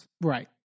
right